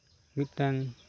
ᱢᱤᱫᱴᱮᱱ